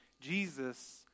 Jesus